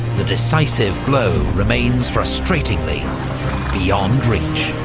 the decisive blow remains frustratingly beyond reach.